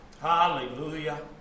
Hallelujah